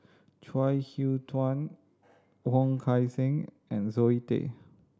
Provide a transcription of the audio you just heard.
Chuang Hui Tsuan Wong Kan Seng and Zoe Tay